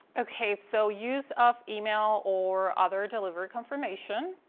okay. so use of email or other delivery confirmation.